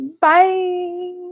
Bye